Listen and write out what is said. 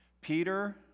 Peter